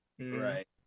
right